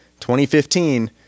2015